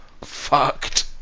Fucked